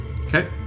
Okay